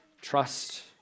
trust